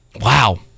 wow